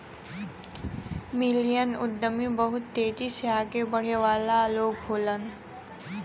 million उद्यमी बहुत तेजी से आगे बढ़े वाला लोग होलन